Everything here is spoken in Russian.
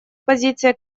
позиция